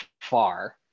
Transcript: far